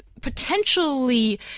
potentially